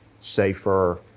safer